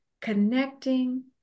connecting